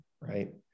right